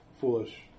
foolish